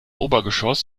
obergeschoss